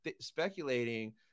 speculating